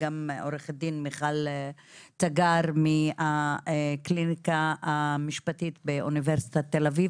וגם עורכת הדין מיכל תגר מהקליניקה המשפטית באוניברסיטת תל אביב.